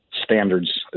Standards